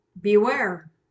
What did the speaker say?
Beware